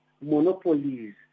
monopolies